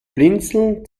blinzeln